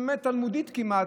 באמת תלמודית כמעט,